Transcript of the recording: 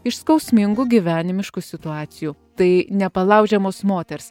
iš skausmingų gyvenimiškų situacijų tai nepalaužiamos moters